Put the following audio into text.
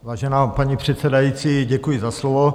Vážená paní předsedající, děkuji za slovo.